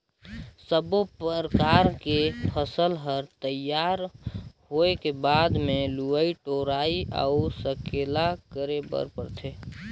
सब्बो परकर के फसल हर तइयार होए के बाद मे लवई टोराई अउ सकेला करे बर परथे